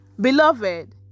Beloved